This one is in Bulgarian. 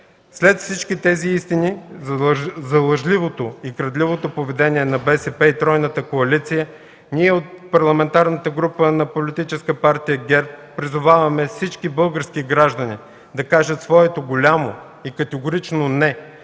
След всички тези истини за лъжливото и крадливото поведение на БСП и тройната коалиция ние от Парламентарната група на Политическа партия ГЕРБ призоваваме всички български граждани да кажат своето голямо и категорично „Не”